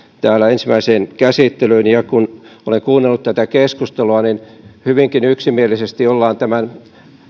täällä ensimmäiseen käsittelyyn ja kun olen kuunnellut tätä keskustelua niin hyvinkin yksimielisesti ollaan tämän